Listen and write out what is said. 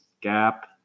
Gap